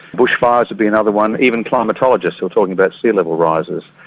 bushfires would be another one, even climatologists so talking about sea level rises.